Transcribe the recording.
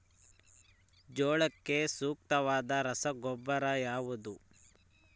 ಜೋಳಕ್ಕೆ ಸೂಕ್ತವಾದ ರಸಗೊಬ್ಬರ ಯಾವುದು?